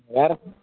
வேறு சார்